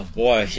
boy